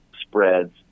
spreads